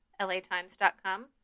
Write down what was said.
LATimes.com